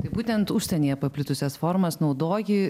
tai būtent užsienyje paplitusias formas naudoji